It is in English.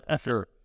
Sure